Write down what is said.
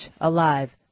alive